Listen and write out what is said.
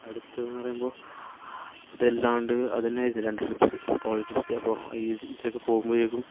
അടുത്തതെന്ന് പറയുമ്പോൾ അതല്ലാതെ അതന്നെയായിരുന്നു രണ്ട് ട്രിപ്പ്സ് കോളേജ് ട്രിപ്പ്സ് അപ്പോൾ ഇതിൽ ഇതിലൊക്കെ പോകുമ്പോഴേക്കും